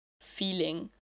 feeling